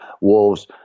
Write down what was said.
Wolves